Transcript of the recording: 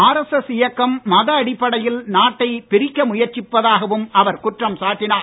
RSS இயக்கம் மத அடிப்படையில் நாட்டை பிரிக்க முயற்சிப்பதாகவும் அவர் குற்றம் சாட்டினார்